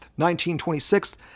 1926